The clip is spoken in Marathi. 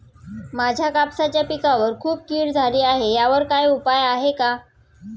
माझ्या कापसाच्या पिकावर खूप कीड झाली आहे यावर काय उपाय आहे का?